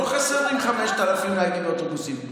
לא חסרים 5,000 נהגי אוטובוסים.